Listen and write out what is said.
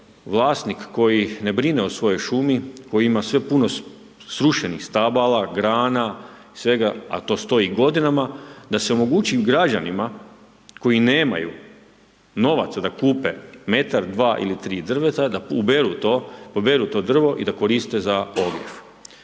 vlasnik koji ne brine o svojoj šumi koji ima sve puno srušenih stabala, grana i svega a to stoji godinama da se omogući građanima koji nemaju novaca da kupe metar, dva ili tri drveta da uberu to, poberu to drvo i da koriste za ogrjev.